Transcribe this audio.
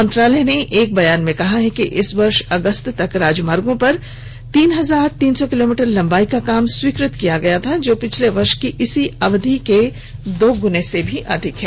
मंत्रालय ने एक बयान में कहा कि इस वर्ष अगस्त तक राजमार्गो पर तीन हजार तीन सौ किलोमीटर लम्बाई का काम स्वीकृत किया गया था जो पिछले वर्ष की इसी अवधि के दोगुने से अधिक है